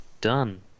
done